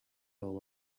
all